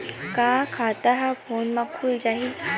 हमर खाता ह फोन मा खुल जाही?